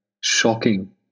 shocking